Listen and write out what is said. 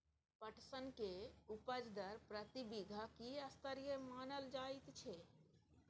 पटसन के उपज दर प्रति बीघा की स्तरीय मानल जायत छै?